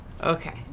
Okay